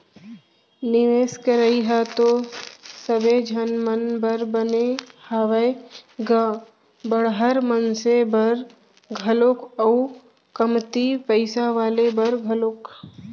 निवेस करई ह तो सबे झन मन बर बने हावय गा बड़हर मनसे बर घलोक अउ कमती पइसा वाले बर घलोक